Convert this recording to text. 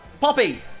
Poppy